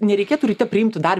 nereikėtų ryte priimti dar